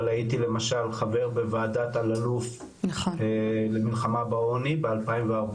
אבל הייתי למשל חבר בוועדת אלאלוף למלחמה בעוני ב- 2014,